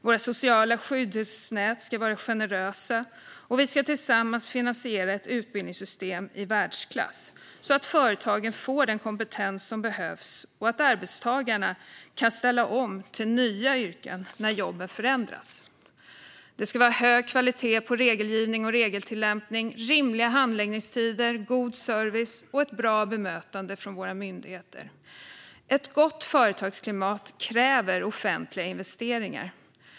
Våra sociala skyddsnät ska vara generösa, och vi ska tillsammans finansiera ett utbildningssystem i världsklass så att företagen får den kompetens som behövs och arbetstagarna kan ställa om till nya yrken när jobben förändras. Det ska vara hög kvalitet på regelgivning och regeltillämpning, rimliga handläggningstider, god service och ett bra bemötande från våra myndigheter. Ett gott företagsklimat kräver offentliga investeringar.